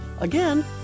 Again